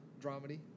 Dramedy